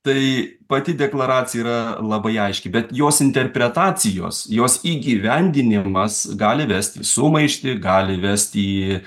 tai pati deklaracija yra labai aiški bet jos interpretacijos jos įgyvendinimas gali vesti į sumaištį gali vesti į